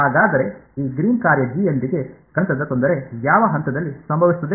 ಹಾಗಾದರೆ ಈ ಗ್ರೀನ್ನ ಕಾರ್ಯ ಜಿ ಯೊಂದಿಗೆ ಗಣಿತದ ತೊಂದರೆ ಯಾವ ಹಂತದಲ್ಲಿ ಸಂಭವಿಸುತ್ತದೆ